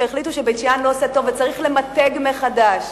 שהחליטו שבית-שאן לא עושה טוב וצריך למתג מחדש.